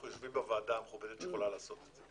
אנחנו יושבים בוועדה המכובדת שיכולה לעשות את זה.